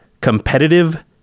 competitive